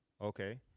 Okay